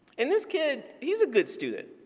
and this kid he's good student,